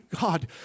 God